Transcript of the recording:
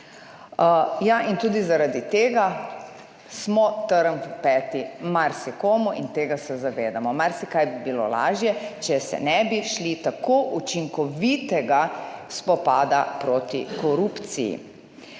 in tudi zaradi tega smo trn v peti marsikomu in tega se zavedamo. Marsikaj bi bilo lažje, če se ne bi šli tako učinkovitega spopada proti korupciji.